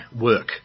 work